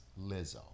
Lizzo